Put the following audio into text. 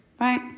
right